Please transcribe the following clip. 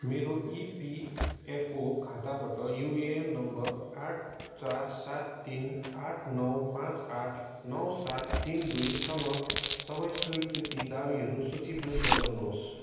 मेरो इपिएफओ खाताबाट UAN number आठ चार सात तिन आठ नौ पाँच आठ नौ सात तिन दुईसँग सबै स्वीकृति दावीहरू सूचीबद्ध गर्नुहोस्